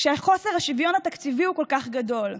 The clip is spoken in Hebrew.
כשחוסר השוויון התקציבי הוא כל כך גדול,